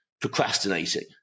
procrastinating